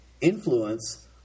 influence